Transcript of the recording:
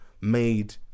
made